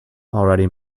already